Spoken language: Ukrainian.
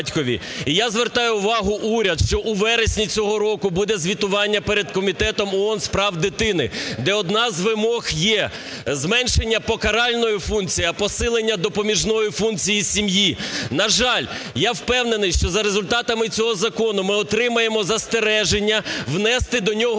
І я звертаю увагу уряду, що у вересні цього року буде звітування перед Комітетом ООН з прав дитини, де одна з вимог є зменшення покаральної функції, а посилення допоміжної функції сім'ї. На жаль, я впевнений, що за результатами цього закону ми отримаємо застереження: внести до нього